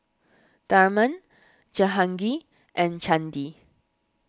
Tharman Jehangirr and Chandi